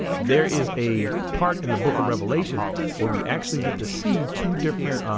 there is a part in the book of revelation where we actually get to see two different